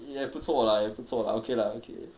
也不错啦也不错啦 okay lah okay